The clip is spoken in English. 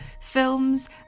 films